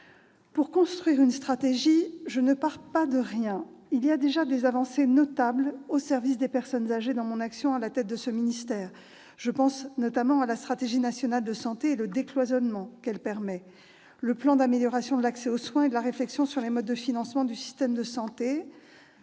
Pour construire une stratégie, je ne pars pas de rien. Des avancées notables au service des personnes âgées ont déjà été mises en place grâce à mon action à la tête de ce ministère. Je pense, notamment, à la stratégie nationale de santé et au décloisonnement qu'elle permet, au plan d'amélioration de l'accès aux soins et à la réflexion sur les modes de financement du système de santé.